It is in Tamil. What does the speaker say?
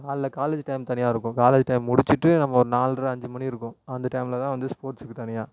காலைல காலேஜ் டைம் தனியாக இருக்கும் காலேஜ் டைம் முடிச்சிட்டு நம்ம ஒரு நால்ரை அஞ்சு மணி இருக்கும் அந்த டைமில் தான் வந்து ஸ்போர்ட்ஸுக்கு தனியாக